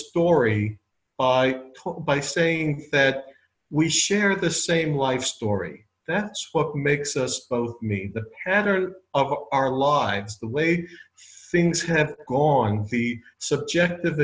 story by saying that we share the same life story that's what makes us both me the patter of our lives the way things have gone the subjective